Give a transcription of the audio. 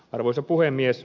arvoisa puhemies